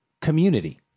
community